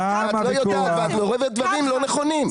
את לא יודעת ואת אומרת דברים לא נכונים.